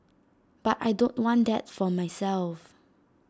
but I don't want that for myself